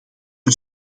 een